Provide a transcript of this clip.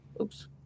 Oops